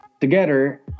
together